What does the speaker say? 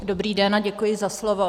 Dobrý den a děkuji za slovo.